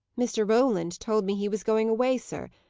mr. roland told me he was going away, sir,